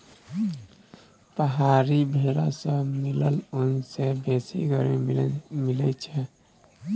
पहाड़ी भेरा सँ मिलल ऊन सँ बेसी गरमी मिलई छै